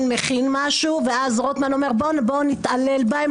מכין משהו ואז רוטמן אומר: נתעלל בהם,